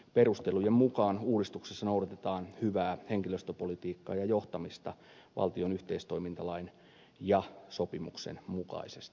perustelujen mukaan uudistuksessa noudatetaan hyvää henkilöstöpolitiikkaa ja johtamista valtion yhteistoimintalain ja sopimuksen mukaisesti